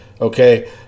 Okay